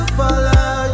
follow